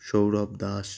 Sourav Das